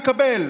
מקבל,